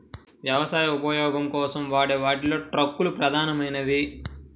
వ్యవసాయ ఉపయోగం కోసం వాడే వాటిలో ట్రక్కులు ప్రధానమైనవి